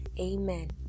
Amen